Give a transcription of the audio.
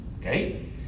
Okay